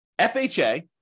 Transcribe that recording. FHA